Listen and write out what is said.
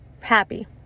happy